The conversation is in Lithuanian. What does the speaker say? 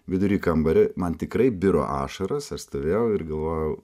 vidury kambario man tikrai biro ašaros aš stovėjau ir galvojau